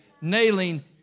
nailing